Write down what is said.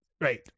right